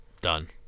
Done